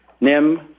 NIM